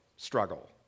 struggle